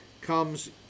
comes